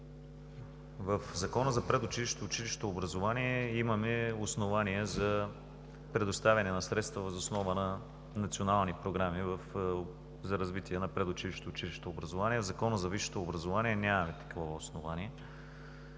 В Закона за предучилищното и училищното образование имаме основание за предоставяне на средства въз основа на национални програми за развитие на предучилищното и училищното образование, в Закона за висшето образование обаче нямаме такова основание.